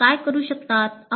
शिक्षक काय करू शकतात